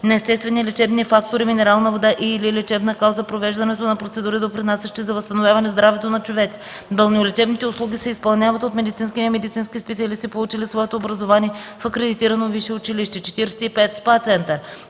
естествени лечебни фактори – минерална вода и/или лечебна кал, за провеждането на процедури допринасящи за възстановяване здравето на човека. Балнеолечебните услуги се изпълняват от медицински и немедицински специалисти, получили своето образование в акредитирано висше училище.